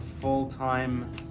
full-time